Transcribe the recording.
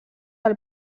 del